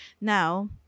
now